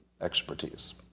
expertise